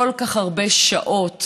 כל כך הרבה שעות,